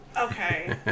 Okay